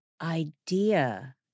idea